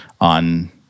on